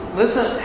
listen